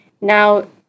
now